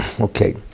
Okay